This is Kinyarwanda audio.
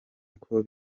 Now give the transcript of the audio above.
uko